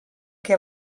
què